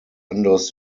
anderes